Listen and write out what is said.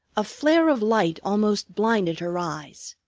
a flare of light almost blinded her eyes.